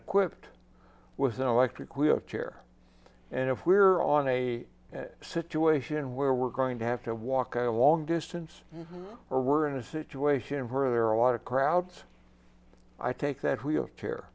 equipped with an electric wheelchair and if we're on a situation where we're going to have to walk a long distance or we're in a situation where there are a lot of crowds i take that w